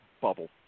bubble